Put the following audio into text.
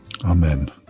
Amen